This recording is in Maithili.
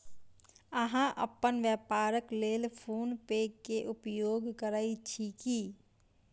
अहाँ अपन व्यापारक लेल फ़ोन पे के उपयोग करै छी की?